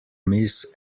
miss